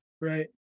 right